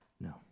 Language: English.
No